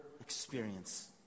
experience